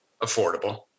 affordable